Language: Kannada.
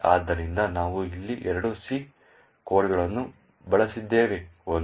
ಆದ್ದರಿಂದ ನಾವು ಇಲ್ಲಿ ಎರಡು C ಕೋಡ್ಗಳನ್ನು ಬಳಸಿದ್ದೇವೆ ಒಂದು mylib